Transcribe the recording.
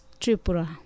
Tripura